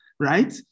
right